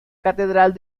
catedral